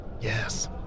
Yes